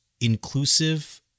inclusive